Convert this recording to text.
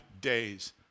days